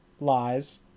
lies